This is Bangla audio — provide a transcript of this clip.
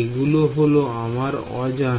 এগুলি হল আমার অজানা